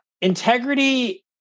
integrity